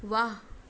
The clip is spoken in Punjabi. ਵਾਹ